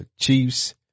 Chiefs